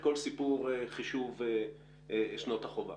כל סיפור חישוב שנות החובה.